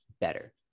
better